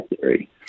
theory